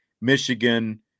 Michigan